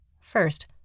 First